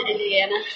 Indiana